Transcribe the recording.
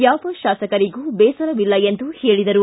ಯಾವ ಶಾಸಕರಿಗೂ ಬೇಸರವಿಲ್ಲ ಎಂದು ಹೇಳಿದರು